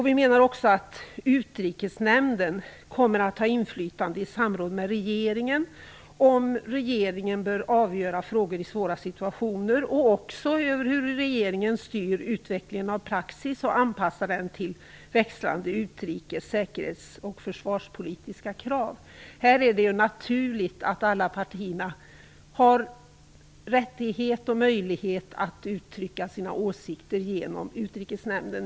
Vi menar också att Utrikesnämnden i samråd med regeringen kommer att ha inflytande över om regeringen bör avgöra frågor i svåra situationer och även över hur regeringen styr utvecklingen av praxis och anpassar den till växlande utrikes-, säkerhets och försvarspolitiska krav. Här är det naturligt att alla partier har rättighet och möjlighet att uttrycka sina åsikter genom Utrikesnämnden.